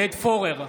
עודד פורר,